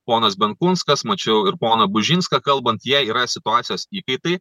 ponas benkunskas mačiau ir poną bužinską kalbant jie yra situacijos įkaitai